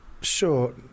Sure